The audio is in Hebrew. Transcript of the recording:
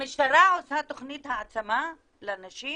המשטרה עושה תוכנית העצמה לנשים?